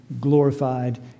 glorified